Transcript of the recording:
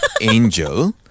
angel